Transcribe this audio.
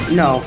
no